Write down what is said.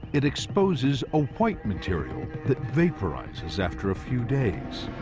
it exposes a white material that vaporizes after a few days.